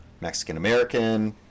Mexican-American